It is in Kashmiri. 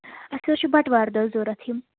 اَسہِ حظ چھِ بَٹوارِ دۄہ ضوٚرَتھ یِم